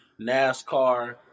NASCAR